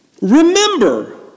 remember